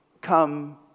Come